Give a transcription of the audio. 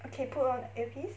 okay put on the ear piece